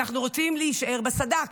אנחנו רוצים להישאר בסד"כ,